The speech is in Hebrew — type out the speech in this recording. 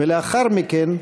ולאחר מכן,